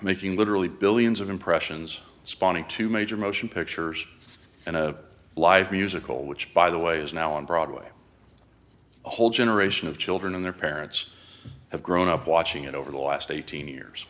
making literally billions of impressions spawning two major motion pictures and a live musical which by the way is now on broadway a whole generation of children and their parents have grown up watching it over the last eighteen years